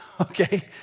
okay